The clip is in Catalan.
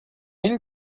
ell